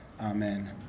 Amen